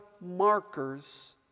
markers